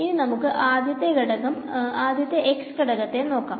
ഇനി നമുക്ക് ആദ്യം x ഘടകത്തെ നോക്കാം